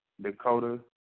Dakota